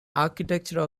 architecture